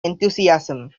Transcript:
enthusiasm